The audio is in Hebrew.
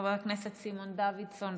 חבר הכנסת סימון דוידסון,